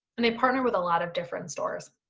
and they partner with a lot of different stores.